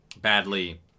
badly